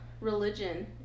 religion